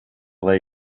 lay